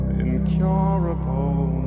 incurable